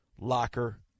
Locker